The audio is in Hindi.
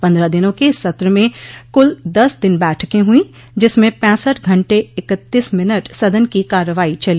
पन्द्रह दिनों के इस सत्र में कुल दस दिन बैठकें हुई जिसमें पैंसठ घंटे इक्तीस मिनट सदन की कार्रवाई चली